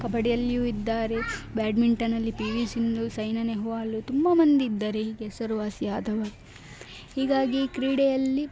ಕಬಡ್ಡಿಯಲ್ಲಿಯೂ ಇದ್ದಾರೆ ಬ್ಯಾಡ್ಮಿಂಟನ್ನಲ್ಲಿ P V Sindhu Saina Nehwal ತುಂಬ ಮಂದಿ ಇದ್ದಾರೆ ಹೀಗೆ ಹೆಸರುವಾಸಿಯಾದವರು ಹೀಗಾಗಿ ಕ್ರೀಡೆಯಲ್ಲಿ